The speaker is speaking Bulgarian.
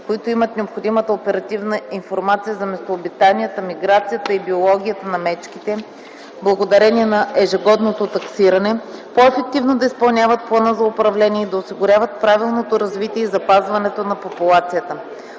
които имат необходимата оперативна информация за местообитанията, миграцията и биологията на мечките благодарение на ежегодното таксиране, по-ефективно да изпълняват плана за управление и да осигуряват правилното развитие и запазването на популацията.